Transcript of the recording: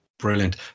Brilliant